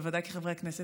בוודאי כחברי כנסת,